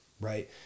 right